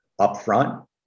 upfront